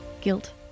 guilt